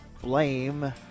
blame